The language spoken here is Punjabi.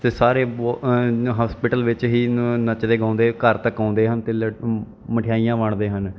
ਅਤੇ ਸਾਰੇ ਹੋਸਪਿਟਲ ਵਿੱਚ ਹੀ ਨੱਚਦੇ ਗਾਉਂਦੇ ਘਰ ਤੱਕ ਆਉਂਦੇ ਹਨ ਅਤੇ ਮਠਿਆਈਆਂ ਵੰਡਦੇ ਹਨ